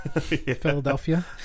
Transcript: Philadelphia